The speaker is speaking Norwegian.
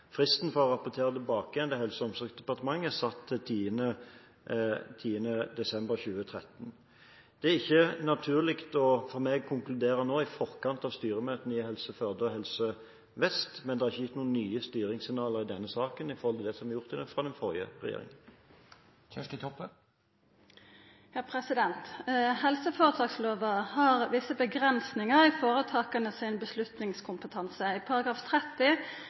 Fristen for å rapportere tilbake igjen til Helse- og omsorgsdepartementet er satt til 10. november 2013. Det er ikke naturlig for meg å konkludere nå i forkant av styremøtene i Helse Førde og Helse Vest, men det er ikke gitt noen nye styringssignaler i denne saken i forhold til det som er gjort fra den forrige regjeringen. Helseføretakslova har visse avgrensingar i føretaka sin vedtakskompetanse. I § 30